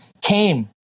came